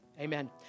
Amen